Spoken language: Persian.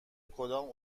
کدام